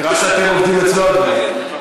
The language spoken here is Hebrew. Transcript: נראה שאתם עובדים אצלו עדיין.